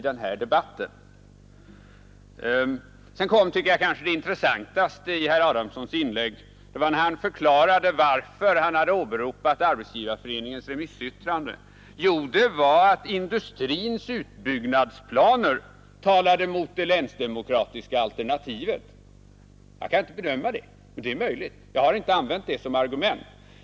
Sedan kom det mest intressanta i herr Adamssons inlägg, nämligen när han förklarade varför han hade åberopat Arbetsgivareföreningens remissyttrande: det var därför att industrins utbyggnadsplaner talade mot länsdemokratialternativet. Jag kan inte bedöma detta, men det är möjligen riktigt. Jag har emellertid inte använt det som argument.